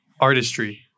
artistry